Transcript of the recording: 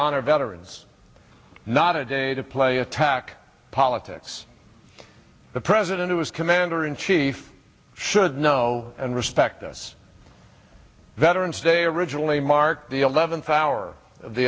honor veterans not a day to play attack politics the president who is commander in chief should know and respect us veterans day originally marked the eleventh hour